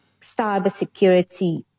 cybersecurity